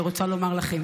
ורוצה לומר לכם